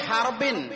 Harbin